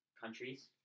countries